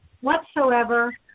whatsoever